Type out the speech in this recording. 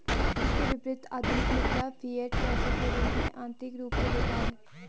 इसके विपरीत, आधुनिक मुद्रा, फिएट पैसे के रूप में, आंतरिक रूप से बेकार है